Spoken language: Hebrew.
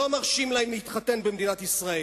שלא מרשים להם להתחתן במדינת ישראל?